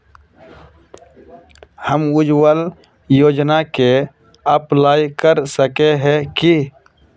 हम उज्वल योजना के अप्लाई कर सके है की?